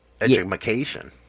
Education